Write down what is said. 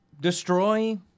destroy